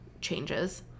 changes